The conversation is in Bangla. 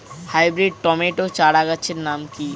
হাইব্রিড টমেটো চারাগাছের নাম কি?